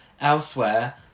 Elsewhere